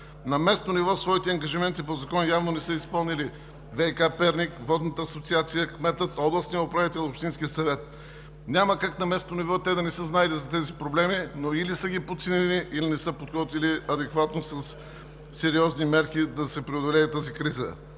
На местно ниво своите ангажименти по закона явно не са изпълнили ВиК – Перник, Водната асоциация, кметът, областният управител, общинският съвет. Няма как на местно ниво те да не са знаели за тези проблеми, но или са ги подценили, или не са подготвили адекватно със сериозни мерки да се преодолее тази криза.